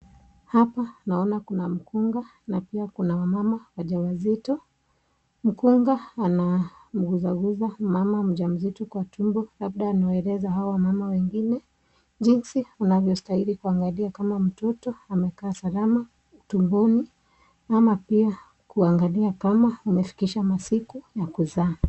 Hapa naona kuna mkunga na pia kuna wamama wajawazito ,mkunga anamuguzaguza mama mjamzito kwa tumbo labda anawaeleza hao wamama wengine jinsi unavyostahili kuangalia kama mtoto amekaa salama tumboni ama pia kuangalia kama umefikisha masiku ya kuzaa.